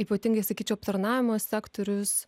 ypatingai sakyčiau aptarnavimo sektorius